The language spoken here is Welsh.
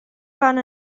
fan